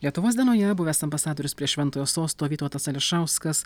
lietuvos dienoje buvęs ambasadorius prie šventojo sosto vytautas ališauskas